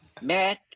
Matt